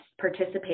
participate